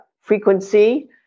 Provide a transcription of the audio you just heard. frequency